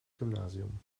gymnasium